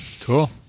Cool